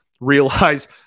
realize